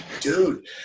dude